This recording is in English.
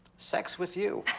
sex with you.